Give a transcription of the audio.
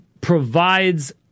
provides